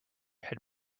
had